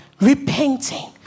repenting